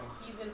season